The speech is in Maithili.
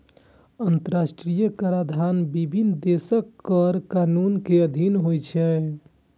अंतरराष्ट्रीय कराधान विभिन्न देशक कर कानून के अधीन होइ छै